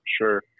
sure